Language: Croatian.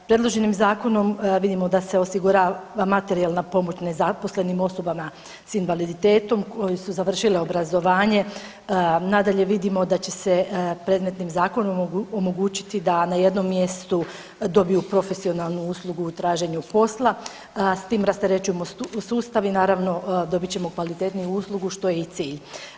Predloženim zakonom vidimo da se osigurava materijalna pomoć nezaposlenim osobama s invaliditetom koji su završili obrazovanje, nadalje vidimo da će se predmetnim zakonom omogućiti da na jednom mjestu dobiju profesionalnu uslugu u traženju posla, s tim rasterećujemo sustav i naravno dobit ćemo kvalitetniju uslugu što je i cilj.